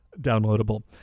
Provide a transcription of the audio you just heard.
downloadable